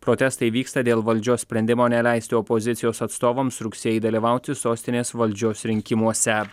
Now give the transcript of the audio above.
protestai vyksta dėl valdžios sprendimo neleisti opozicijos atstovams rugsėjį dalyvauti sostinės valdžios rinkimuose